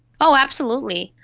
oh absolutely.